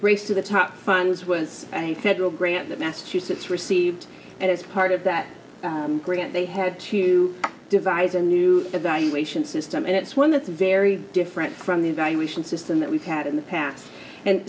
race to the top funds was a federal grant that massachusetts received and as part of that grant they have to devise a new evaluation system and it's one that's very different from the evaluation system that we kept in the past and